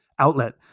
outlet